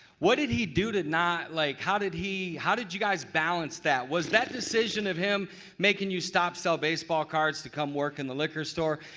what did he do to not like how did he how did you guys balance that? was that decision of him making you stop sell baseball cards to come work in the liquor store,